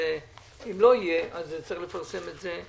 אם לא יהיה, צריך יהיה לפרסם את זה.